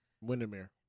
Windermere